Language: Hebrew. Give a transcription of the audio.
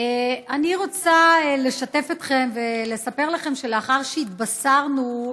אני רוצה לשתף אתכם ולספר לכם שלאחר שהתבשרנו,